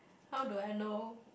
how I do know